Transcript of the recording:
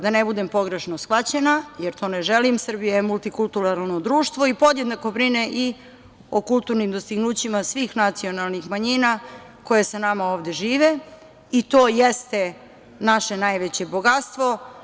Da ne budem pogrešno shvaćena, jer to ne želim, Srbija je multikulturalno društvo i podjednako brine i o kulturnim dostignućima svih nacionalnih manjina koje sa nama ovde žive i to jeste naše najveće bogatstvo.